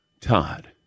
Todd